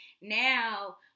Now